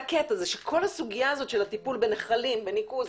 כל הסוגיה של הטיפול בנחלים ובניקוז,